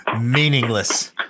Meaningless